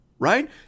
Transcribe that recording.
right